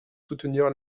soutenir